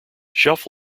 shelf